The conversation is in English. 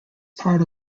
part